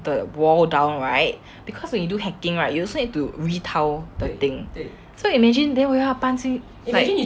the wall down right because when you do hacking right you also need to retile the thing so imagine then 我要搬进 like